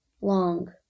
long